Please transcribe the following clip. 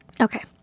Okay